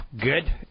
good